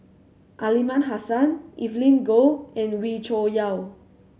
Aliman Hassan Evelyn Goh and Wee Cho Yaw